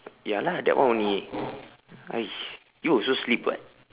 ya lah that one only !hais! you also sleep [what]